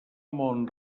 mont